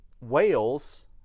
Wales